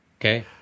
okay